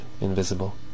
invisible